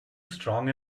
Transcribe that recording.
strong